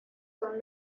son